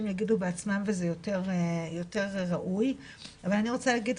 יגידו בעצמם וזה יותר ראוי - אבל אני רוצה להגיד,